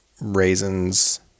Raisins